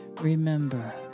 remember